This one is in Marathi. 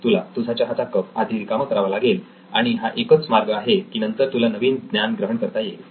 तुला तुझा चहाचा कप आधी रिकामा करावा लागेल आणि हा एकच मार्ग आहे की नंतर तुला नवीन ज्ञान ग्रहण करता येईल